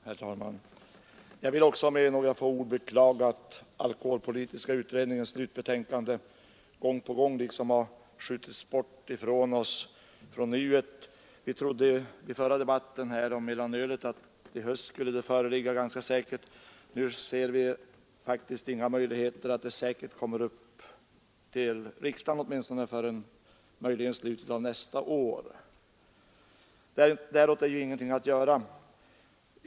Herr talman! Också jag vill med några få ord beklaga att alkoholpolitiska utredningens slutbetänkande gång efter gång skjutits på framtiden. Vi talade i debatten om mellanölet om att betänkandet ganska säkert skulle föreligga i höst. Nu ser vi faktiskt inga möjligheter att frågan skall kunna komma upp i riksdagen förrän möjligen tidigast i slutet av nästa år. Däråt är nu ingenting att göra.